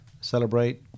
celebrate